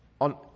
on